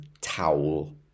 towel